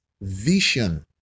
vision